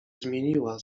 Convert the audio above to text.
zmieniła